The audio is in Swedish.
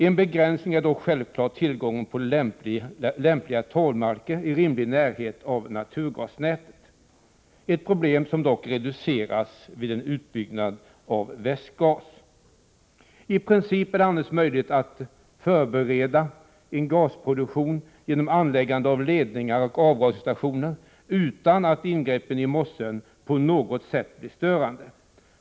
En begränsning är dock självfallet tillgången på lämpliga torvmarker i rimlig närhet av naturgasnätet, men det är ett problem som reduceras vid en utbyggnad av t.ex. Västgas. I princip är det annars möjligt att förbereda en gasproduktion genom anläggande av ledningar och avgasningsstationer, utan att ingrepp i mossen på något sätt blir störande.